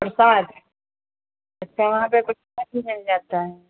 प्रसाद अच्छा वहाँ पर प्रसाद भी मिल जाता है